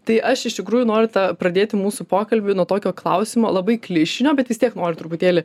tai aš iš tikrųjų noriu tą pradėti mūsų pokalbį nuo tokio klausimo labai klišinio bet vis tiek noriu truputėlį